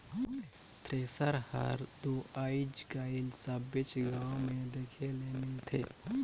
thresher हर दो आएज काएल सबेच गाँव मे देखे ले मिलथे